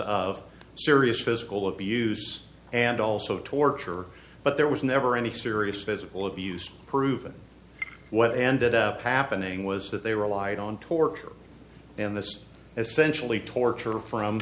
of serious physical abuse and also torture but there was never any serious physical abuse proven what ended up happening was that they relied on torture in this essentially torture from